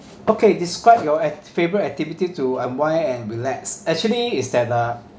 okay describe your act~ favourite activity to unwind and relax actually is that uh